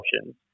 options